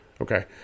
okay